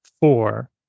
four